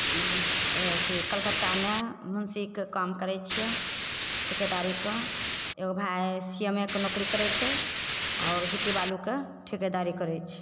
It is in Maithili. अथी कलकत्तामे मन्शीके काम करै छिए ठिकेदारीके एगो भाइ सीएमएके नौकरी करै छै आओर गिट्टी बालूके ठिकेदारी करै छै